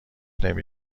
نمی